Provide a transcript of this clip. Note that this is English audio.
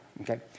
okay